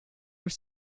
were